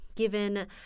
given